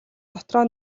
дотроо